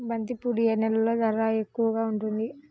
బంతిపూలు ఏ నెలలో ధర ఎక్కువగా ఉంటుంది?